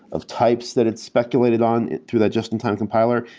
of types that its speculated on through that just-in-time compiler.